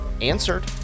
answered